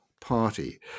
party